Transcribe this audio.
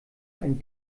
ein